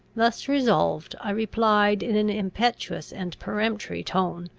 thus resolved, i replied in an impetuous and peremptory tone,